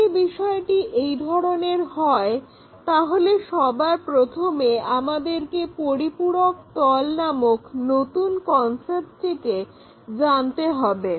যদি বিষয়টি এইরকম হয় তাহলে সবার প্রথমে আমাদেরকে পরিপূরক তল নামক নতুন কনসেপ্টটিকে জানতে হবে